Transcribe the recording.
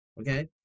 okay